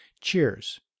Cheers